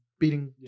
beating